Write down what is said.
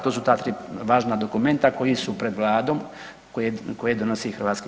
To su ta tri važna dokumenta koji su pred Vladom koje donosi HS.